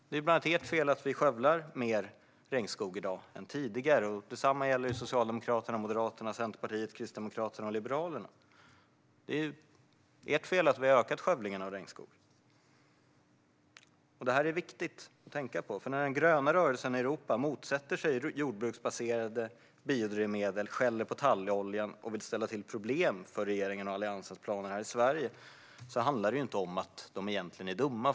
Det är bland annat ert fel att vi skövlar mer regnskog i dag än tidigare. Detsamma gäller Socialdemokraterna, Moderaterna, Centerpartiet, Kristdemokraterna och Liberalerna. Det är ert fel att vi har ökat skövlingarna av regnskog. Detta är viktigt att tänka på. När den gröna rörelsen i Europa motsätter sig jordbruksbaserade biodrivmedel, skäller på talloljan och vill ställa till problem för regeringens och Alliansens planer här i Sverige handlar det inte om att den gröna rörelsen är dum.